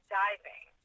diving